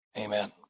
Amen